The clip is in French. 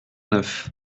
neuf